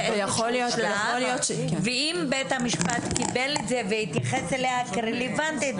אם בית המשפט קיבל את זה והתייחס אליה כרלוונטית,